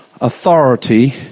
authority